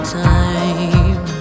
time